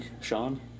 Sean